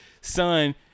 son